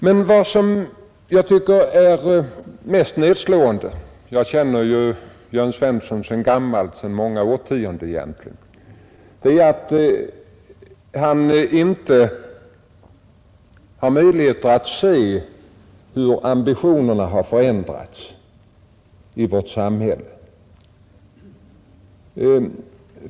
Men vad som är mest nedslående — jag känner ju Jörn Svensson sedan gammalt — är att han inte har möjligheter att se hur ambitionerna har förändrats i vårt samhälle.